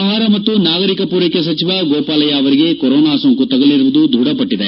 ಆಹಾರ ಮತ್ತು ನಾಗರಿಕ ಪೂರೈಕೆ ಸಚಿವ ಗೋಪಾಲಯ್ಯ ಅವರಿಗೆ ಕೊರೋನಾ ಸೋಂಕು ತಗುಲಿರುವುದು ದೃಢಪಟ್ಟಿದೆ